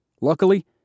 Luckily